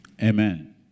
Amen